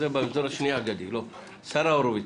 שרה הורביץ.